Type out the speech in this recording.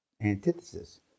Antithesis